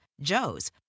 Joe's